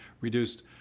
reduced